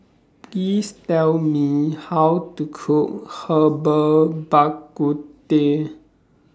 Please Tell Me How to Cook Herbal Bak Ku Teh